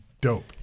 Dope